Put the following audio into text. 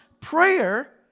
prayer